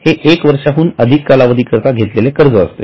हे एक वर्षाहून अधिक कालावधी करीता घेतलेले कर्ज असते